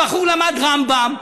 הבחור למד רמב"ם,